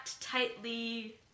tightly